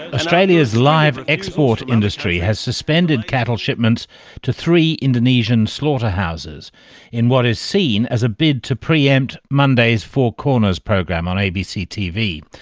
australia's live export industry has suspended cattle shipments to three indonesian slaughterhouses in what is seen as a bid to pre-empt monday's four corners program on abc tv.